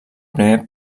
primer